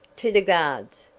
to the guards!